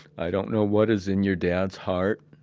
i don't know what is in your dad's heart.